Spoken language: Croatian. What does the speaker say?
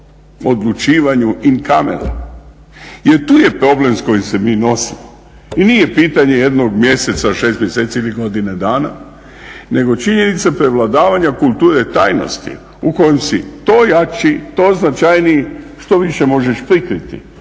odlučivanju in camera jer tu je problem s kojim se mi nosimo. I nije pitanje jednog mjeseca, šest mjeseci ili godine dana nego činjenica prevladavanja kulture tajnosti u kojem si to jači, to značajniji što više možeš prikriti,